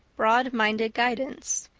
broadminded guidance.